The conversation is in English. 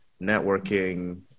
networking